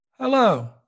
Hello